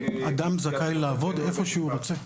אתה זכאי לעבוד איפה שהוא רוצה.